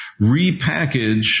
repackage